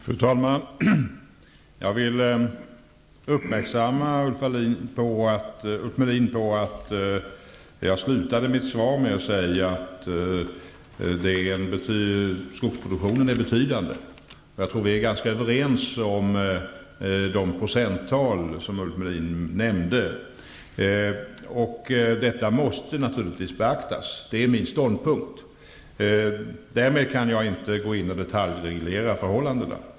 Fru talman! Jag vill uppmärksamma Ulf Melin på att jag avslutade mitt svar med att säga att skogsproduktionen är betydande. Jag tror att vi är ganska överens om de procenttal som Ulf Melin nämnde. Min ståndpunkt är den att detta måste beaktas, men därmed kan jag inte gå in och detaljreglera förhållandena.